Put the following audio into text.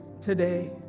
today